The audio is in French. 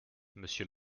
monsieur